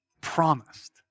promised